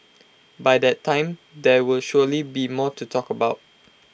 by that time there will surely be more to talk about